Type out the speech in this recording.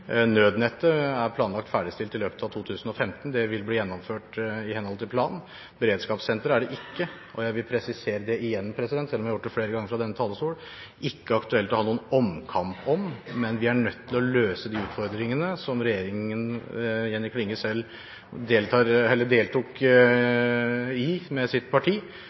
Nødnettet er planlagt ferdigstilt i løpet av 2015 – det vil bli gjennomført i henhold til planen. Beredskapssenteret er det ikke – jeg vil igjen presisere det, selv om jeg har gjort det flere ganger fra denne talerstol – aktuelt å ha noen omkamp om. Men vi er nødt til å løse de utfordringene som den regjeringen som Jenny Klinges parti selv deltok i,